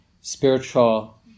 spiritual